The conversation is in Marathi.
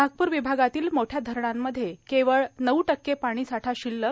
नागपूर विभागातील मोठ्या धरणांमध्ये केवळ नऊ टक्के पाणीसाठा शिल्लक